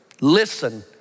Listen